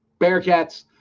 Bearcats